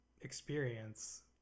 experience